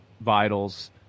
vitals